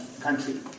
country